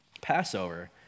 Passover